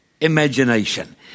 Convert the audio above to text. imagination